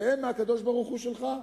והם מהקדוש-ברוך-הוא שלהם,